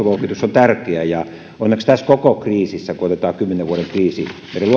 tärkeä tässä koko kriisissä kun otetaan kymmenen vuoden kriisi meidän luottoluokituksemme